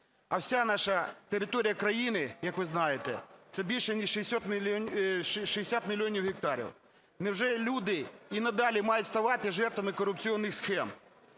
а вся наша територія країни, як ви знаєте, це більше ніж 60 мільйонів гектарів. Невже люди і надалі мають ставати жертвами корупційних схем?